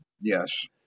Yes